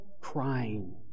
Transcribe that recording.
crying